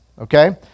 okay